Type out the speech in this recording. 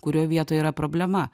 kurioj vietoj yra problema